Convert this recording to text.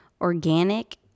Organic